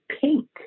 pink